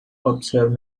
observed